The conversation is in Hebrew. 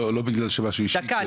לא בגלל שמשהו אישי.